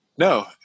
No